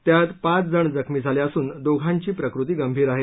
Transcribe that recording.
त्यात पाच जण जखमी झाले असून दोघांची प्रकृती गंभीर आहे